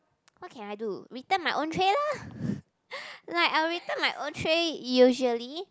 what can I do return my own tray lah like I'll return my own tray usually